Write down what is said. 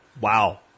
wow